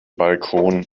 balkon